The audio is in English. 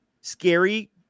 scary